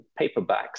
paperbacks